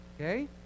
Okay